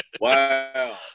Wow